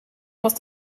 muss